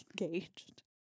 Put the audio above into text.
engaged